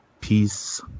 Peace